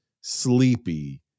Sleepy